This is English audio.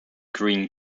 green